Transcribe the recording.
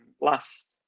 Last